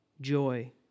joy